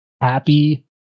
happy